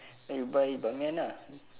then you buy ban mian ah